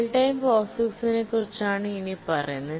real time POSIXനെക്കുറിച്ചാണ് ഇനിപ്പറയുന്നത്